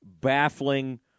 Baffling